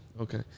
Okay